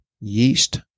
yeast